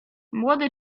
młody